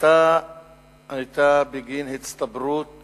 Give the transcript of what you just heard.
השביתה היתה בגין הצטברות